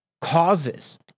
causes